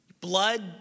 Blood